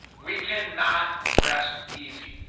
we cannot rest easy.